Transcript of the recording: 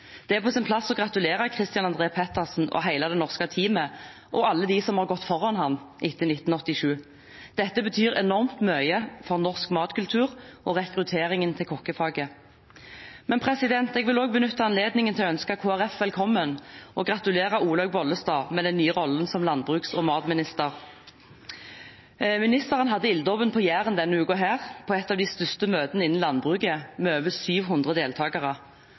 Det er på sin plass å gratulere Christian André Pettersen og hele det norske teamet, og alle dem som har gått foran ham etter 1987. Dette betyr enormt mye for norsk matkultur og rekrutteringen til kokkefaget. Jeg vil også benytte anledningen til å ønske Kristelig Folkeparti velkommen, og gratulere Olaug V. Bollestad med den nye rollen som landbruks- og matminister. Ministeren hadde ilddåpen på Jæren denne uken, på et av de største møtene innen landbruket med over 700